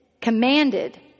Commanded